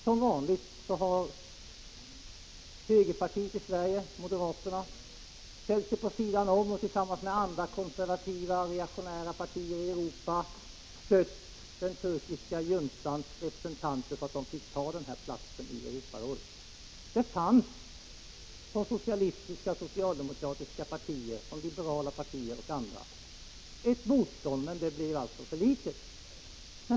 Som vanligt har högerpartiet i Sverige, moderaterna, ställt sig vid sidan om och tillsammans med andra europeiska konservativa och reaktionära partier i Europa stött den turkiska juntans representanter, så att dessa fick den här platsen i Europarådet. Det fanns från socialistiska, socialdemokratiska, liberala och andra partier ett motstånd. Men det blev alltså för litet.